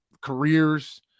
careers